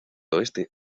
oeste